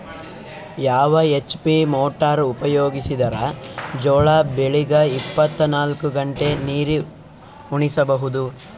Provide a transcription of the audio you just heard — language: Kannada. ಯಾವ ಎಚ್.ಪಿ ಮೊಟಾರ್ ಉಪಯೋಗಿಸಿದರ ಜೋಳ ಬೆಳಿಗ ಇಪ್ಪತ ನಾಲ್ಕು ಗಂಟೆ ನೀರಿ ಉಣಿಸ ಬಹುದು?